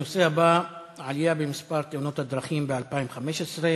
הנושא הבא: עלייה במספר תאונות הדרכים ב-2015,